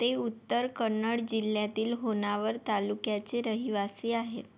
ते उत्तर कन्नड जिल्ह्यातील होन्नावर तालुक्याचे रहिवासी आहेत